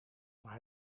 maar